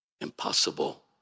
Impossible